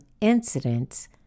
incidents